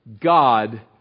God